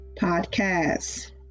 Podcasts